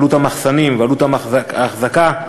עלות המחסנים ועלות האחזקה,